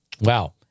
Wow